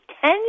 Ten